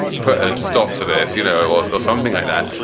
put a stop to this, you know, or or something like that.